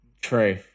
True